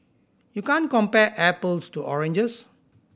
you can't compare apples to oranges